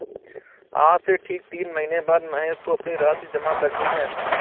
आज से ठीक तीन महीने बाद महेश को अपनी राशि जमा करनी है